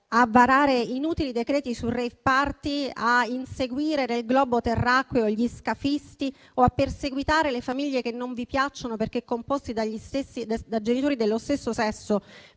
a varare inutili decreti su *rave party*, a inseguire nel globo terracqueo gli scafisti o a perseguitare le famiglie che non vi piacciono perché composte da genitori dello stesso sesso,